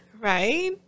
Right